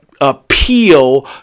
appeal